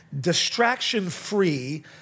distraction-free